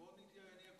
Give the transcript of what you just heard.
בואו נהיה קונקרטיים.